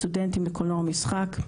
סטודנטים לקולנוע ומשחק.